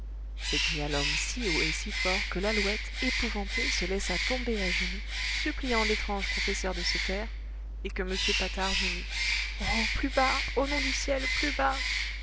pas s'écria l'homme si haut et si fort que lalouette épouvanté se laissa tomber à genoux suppliant l'étrange professeur de se taire et que m patard gémit oh plus bas au nom du ciel plus bas